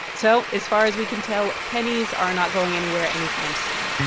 so as far as we can tell, pennies are not going anywhere anytime soon